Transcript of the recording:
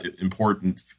important